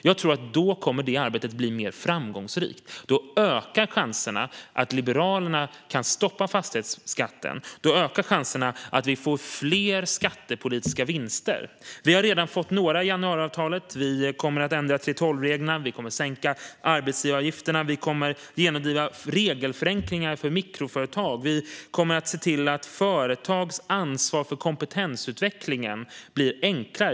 Jag tror att detta arbete blir mer framgångsrikt då, och chanserna att Liberalerna kan stoppa fastighetsskatten och att vi får fler skattepolitiska vinster ökar. Vi har redan fått några i januariavtalet: Vi kommer att ändra 3:12-reglerna. Vi kommer att sänka arbetsgivaravgifterna. Vi kommer att genomdriva regelförenklingar för mikroföretag. Vi kommer att se till att företags ansvar för kompetensutveckling blir enklare.